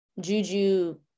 Juju